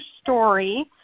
story